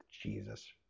Jesus